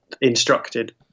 instructed